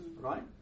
right